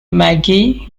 maggie